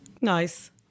Nice